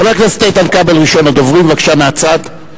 חבר הכנסת איתן כבל, ראשון הדוברים, בבקשה מהצד.